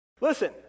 Listen